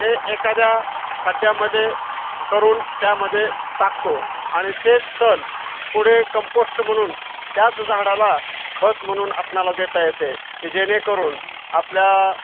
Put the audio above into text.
ते एखाद्या खड्ड्यामध्ये करून त्यामध्ये टाकतो आणि तेच तण पुढे कंपोस्ट म्हणून त्याच झाडाला खत म्हणून आपणाला देता येते की जेणेकरून आपल्या